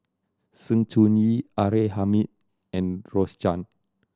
Sng Choon Yee R A Hamid and Rose Chan